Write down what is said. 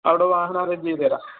അവിടെ വാഹനം അറേഞ്ച് ചെയ്തുതരാം